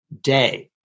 day